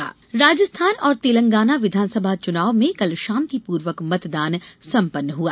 राजस्थान चुनाव राजस्थान और तेलंगाना विधानसभा चुनाव में कल शांतिपूर्वक मतदान संपन्न हुआ